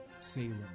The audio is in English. Salem